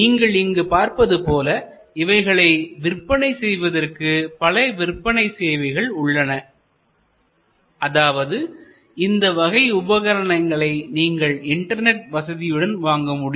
நீங்கள் இங்கு பார்ப்பதுபோல இவைகளை விற்பனை செய்வதற்கு பல விற்பனை சேவைகள் உள்ளன அதாவது இந்த வகை உபகரணங்களை நீங்கள் இன்டர்நெட் வசதியுடன் வாங்க முடியும்